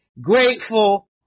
grateful